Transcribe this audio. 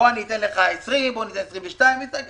עצוב